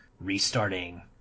restarting